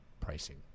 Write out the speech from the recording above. pricing